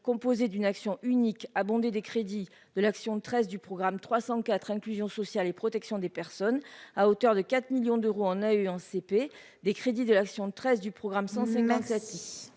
composée d'une action unique abonder des crédits de l'action de 13 du programme 304 inclusion sociale et protection des personnes, à hauteur de 4 millions d'euros en a eu en CP, des crédits de l'action de 13 du programme 150